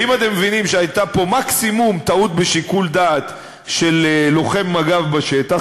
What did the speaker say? ואם אתם מבינים שהייתה פה מקסימום טעות בשיקול דעת של לוחם מג"ב בשטח,